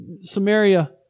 Samaria